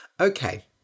Okay